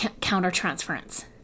counter-transference